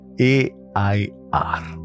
a-i-r